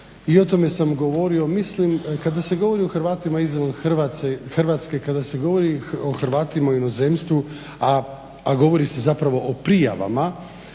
i o tome sam govorio. Mislim kada se govori o hrvatima izvan Hrvatske, kada se govori o Hrvatima u inozemstvu, a govori se zapravo o prijavama